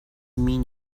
mean